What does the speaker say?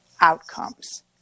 outcomes